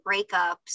breakups